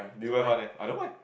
it's quite fun eh I don't mind